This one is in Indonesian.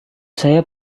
saya